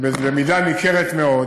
ובמידה ניכרת מאוד.